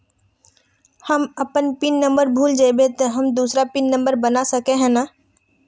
हम अपन PIN number भूल जयबे ते हम दूसरा पिन नंबर बना सके है नय?